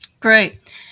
Great